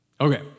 Okay